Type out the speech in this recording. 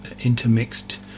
intermixed